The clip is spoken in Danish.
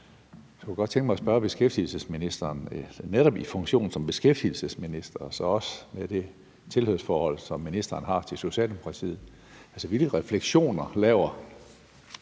Jeg kunne godt tænke mig at spørge beskæftigelsesministeren netop i hendes funktion som beskæftigelsesminister og så også med det tilhørsforhold, som ministeren har til Socialdemokratiet, hvilke refleksioner